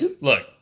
Look